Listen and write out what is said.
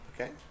Okay